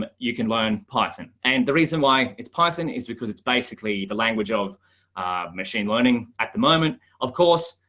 um you can learn python. and the reason why it's python is because it's basically the language of machine learning at the moment, of course,